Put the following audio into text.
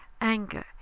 anger